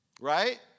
right